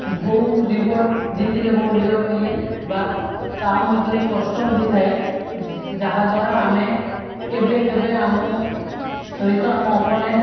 ବୋଉ ରିୱାର୍ଡ଼ ଜିତିଲେ ବୋଉ ରିୱାର୍ଡ଼ ମିଲେ ବା ତା ମଧ୍ୟରେ କଷ୍ଟମ୍ ବି ଥାଏ ଯା ଯାହାଦ୍ୱାରା ଆମେ କେବେ କେବେ ଆମ ସହିତ ଆମ ଅପୋନେଣ୍ଟ